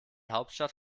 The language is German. hauptstadt